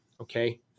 Okay